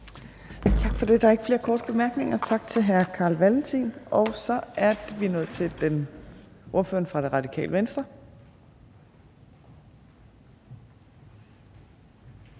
Tak for det. Der er ikke flere korte bemærkninger. Tak til hr. Carl Valentin. Så er vi nået til ordføreren for Radikale Venstre.